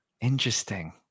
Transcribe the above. Interesting